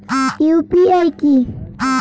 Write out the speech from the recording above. UPI কি?